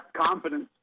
confidence